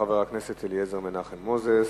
אחריו, חבר הכנסת אליעזר מנחם מוזס.